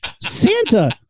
Santa